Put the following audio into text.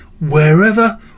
wherever